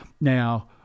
Now